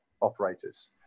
operators